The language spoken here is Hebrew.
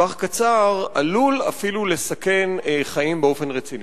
בטווח קצר עלול אפילו לסכן חיים באופן רציני.